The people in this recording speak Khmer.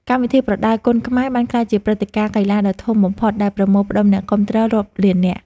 កម្មវិធីប្រដាល់គុណខ្មែរបានក្លាយជាព្រឹត្តិការណ៍កីឡាដ៏ធំបំផុតដែលប្រមូលផ្តុំអ្នកគាំទ្ររាប់លាននាក់។